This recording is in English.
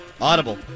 Audible